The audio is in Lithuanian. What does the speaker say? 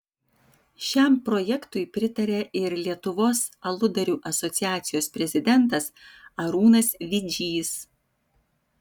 šiam projektui pritaria ir lietuvos aludarių asociacijos prezidentas arūnas vidžys